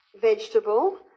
vegetable